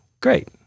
great